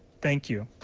thank you.